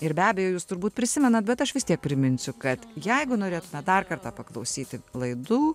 ir be abejo jūs turbūt prisimenat bet aš vis tiek priminsiu kad jeigu norėtumėt dar kartą paklausyti laidų